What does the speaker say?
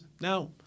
Now